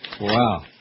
Wow